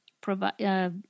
provide